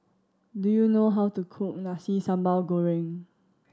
do you know how to cook Nasi Sambal Goreng